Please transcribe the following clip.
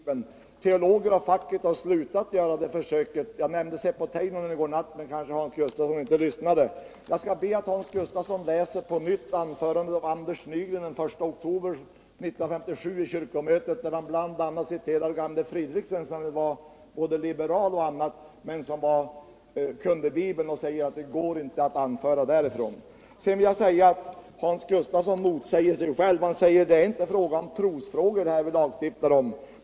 Herr talman! Förre kommunministern kan nog inte leta fram några 1cologer av facket som kan bevisa att kvinnliga präster i kyrkan är förenligt med Bibeln. Teologer av facket har slutat att göra det försöket. Jag nämnde Seppo Teinonen i natt, men Hans Gustafsson kanske inte lyssnade. Jag skall be att Hans Gustafsson på nytt läser anförandet av Anders Nygren den I oktober 1957 vid kyrkomötet, där han bl.a. citerar gamle Fridrichsen, som ju var liberal m.m. men som kunde Bibeln, och denne sade att det går inte att anföra något därifrån till försvar för kvinnan som präst. Hans Gustafsson motsäger sig själv. Han säger att det inte är trosfrågor som vi lagstiftar om.